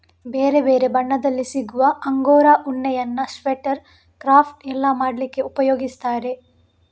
ಬೇರೆ ಬೇರೆ ಬಣ್ಣದಲ್ಲಿ ಸಿಗುವ ಅಂಗೋರಾ ಉಣ್ಣೆಯನ್ನ ಸ್ವೆಟರ್, ಕ್ರಾಫ್ಟ್ ಎಲ್ಲ ಮಾಡ್ಲಿಕ್ಕೆ ಉಪಯೋಗಿಸ್ತಾರೆ